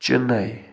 چِنَے